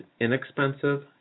inexpensive